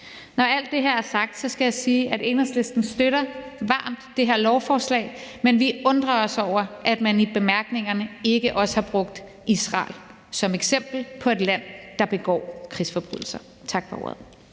Når alt det her er sagt, skal jeg sige, at Enhedslisten varmt støtter det her lovforslag, men vi undrer os over, at man i bemærkningerne ikke også har brugt Israel som eksempel på et land, der begår krigsforbrydelser. Tak for ordet.